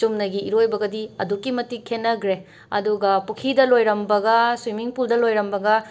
ꯆꯨꯝꯅꯒꯤ ꯏꯔꯣꯏꯕꯒꯗꯤ ꯑꯗꯨꯛꯀꯤ ꯃꯇꯤꯛ ꯈꯦꯠꯅꯈ꯭ꯔꯦ ꯑꯗꯨꯒ ꯄꯨꯈ꯭ꯔꯤꯗ ꯂꯣꯏꯔꯝꯕꯒ ꯁ꯭ꯋꯤꯃꯤꯡꯄꯨꯜꯗ ꯂꯣꯏꯔꯝꯕꯒ